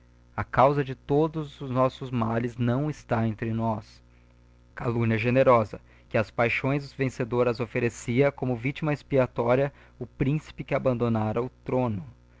a causa de todos os nossos males não está entre nós calumnia generosa que ás paixões vencedoras ofterecia como victima expiatória o príncipe que abandonara o throno